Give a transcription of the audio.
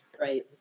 Right